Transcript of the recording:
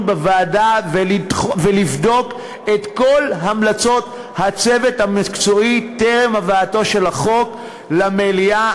בוועדה ולבדוק את כל המלצות הצוות המקצועי טרם הבאת החוק למליאה.